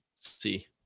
See